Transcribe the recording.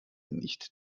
nicht